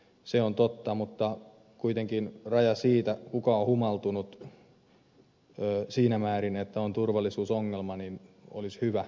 se on totta mutta kuitenkin raja siihen kuka on humaltunut siinä määrin että on turvallisuusongelma olisi hyvä määritellä